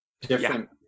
different